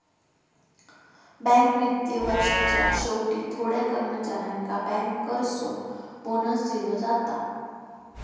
bank वित्तीय वर्षाच्या शेवटी थोड्या कर्मचाऱ्यांका बँकर्सचो बोनस दिलो जाता